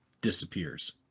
disappears